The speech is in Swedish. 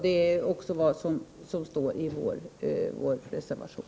Det är också vad som står i vår reservation.